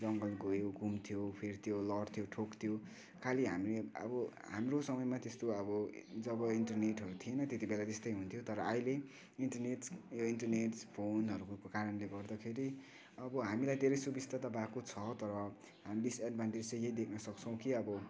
जङ्गल गयो घुम्थ्यो फिर्थ्यो लड्थ्यो ठोक्थ्यो खाली हामी अब हाम्रो समयमा त्यस्तो अब जब इन्टरनेटहरू थिएन त्यतिबेला त्यस्तै हुन्थ्यो तर अहिले इन्टरनेट यो इन्टरनेट फोनहरूको कारणले गर्दाखेरि अब हामीलाई धेरै सुविस्ता त भएको छ तर डिसएडभान्टेज चाहिँ यही देख्न सक्छौँ कि अब